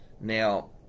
Now